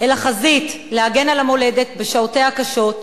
אל החזית להגן על המולדת בשעותיה הקשות,